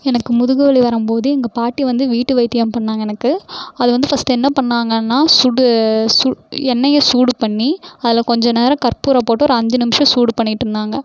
எனக்கு முதுகு வலி வரும்போது எங்கள் பாட்டி வந்து வீட்டு வைத்தியம் பண்ணாங்கள் எனக்கு அது வந்து ஃபஸ்ட்டு என்ன பண்ணாங்கன்னா சுடு எண்ணெயை சூடு பண்ணி அதில் கொஞ்சம் நேரம் கற்பூரம் போட்டு ஒரு அஞ்சு நிமிஷம் சூடு பண்ணிகிட்ருந்தாங்க